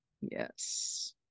Yes